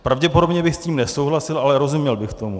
Pravděpodobně bych s tím nesouhlasil, ale rozuměl bych tomu.